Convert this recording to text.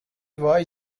وای